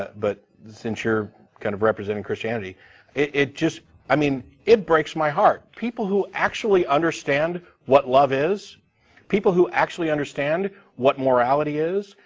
but since you're kind of representing christianity it just. i mean it breaks my heart. people who actually understand what love is people who actually understand what what morality is,